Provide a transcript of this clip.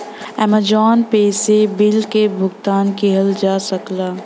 Amazon Pay से bill क भुगतान किहल जा सकला